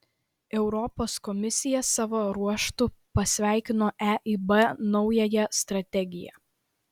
europos komisija savo ruožtu pasveikino eib naująją strategiją